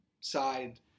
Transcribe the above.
side